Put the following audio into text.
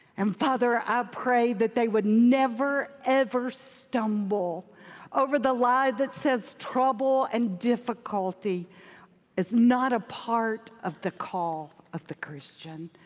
and father, i pray that they would never, ever stumble over the lie that says trouble and difficulty is not a part of the call of the christian.